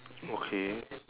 okay